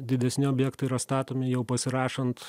didesni objektai yra statomi jau pasirašant